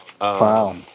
Wow